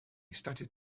started